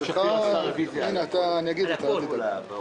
הבקשה לרוויזיה על פניות